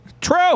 True